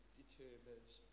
determines